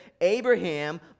Abraham